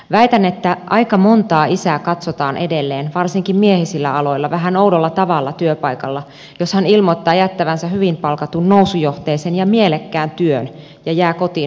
väitän että aika montaa isää katsotaan edelleen varsinkin miehisillä aloilla vähän oudolla tavalla työpaikalla jos hän ilmoittaa jättävänsä hyvin palkatun nousujohteisen ja mielekkään työn ja jää kotiin hoitamaan lapsia